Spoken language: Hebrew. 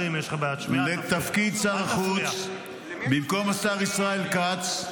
לתפקיד שר החוץ במקום השר ישראל כץ,